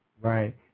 Right